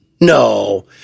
No